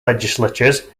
legislatures